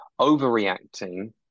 overreacting